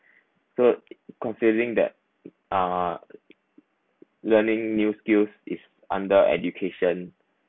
so considering that uh learning new skills is under education